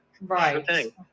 Right